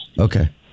Okay